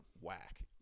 whack